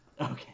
Okay